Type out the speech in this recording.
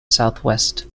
southwest